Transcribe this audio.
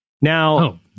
now